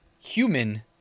human